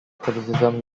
criticism